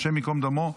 השם ייקום דמו,